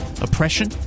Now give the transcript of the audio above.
oppression